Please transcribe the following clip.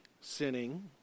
sinning